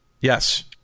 Yes